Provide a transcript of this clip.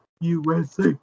USA